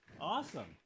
Awesome